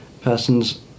persons